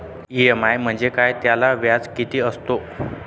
EMI म्हणजे काय? त्याला व्याज किती असतो?